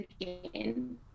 again